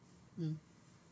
mm